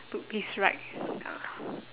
took this ride